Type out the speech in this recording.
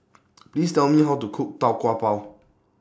Please Tell Me How to Cook Tau Kwa Pau